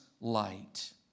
light